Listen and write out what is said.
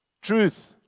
truth